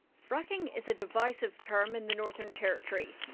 fracking is a divisive term in the northern territory.